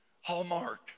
hallmark